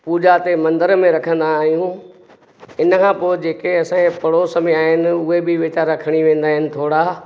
पूॼा ते मंदर में रखंदा आहियूं इन खां पोइ जेके असांजे पड़ोस में आहिनि उहे बि वीचारा खणी वेंदा आहिनि थोरा